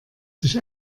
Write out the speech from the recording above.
sich